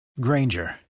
Granger